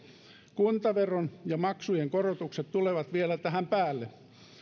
kuntaveron ja maksujen korotukset tulevat vielä tähän päälle